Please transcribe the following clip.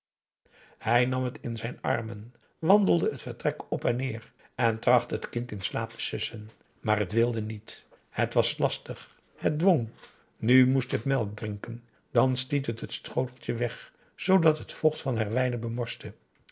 hij nam het in zijn armen wandelde het vertrek op en neer en trachtte het kind in slaap te sussen maar het wilde niet het was lastig het dwong nu moest het melk drinken dan stiet het t schoteltje weg zoodat het vocht van herwijnen bemorste